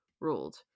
ruled